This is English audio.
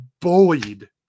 bullied